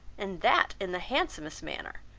and that in the handsomest manner,